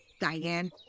Diane